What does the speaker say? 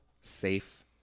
safe